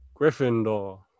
Gryffindor